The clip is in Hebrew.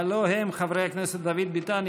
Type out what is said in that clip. הלוא הם חברי הכנסת דוד ביטן,